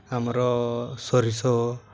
ଆମର ସୋରିଷ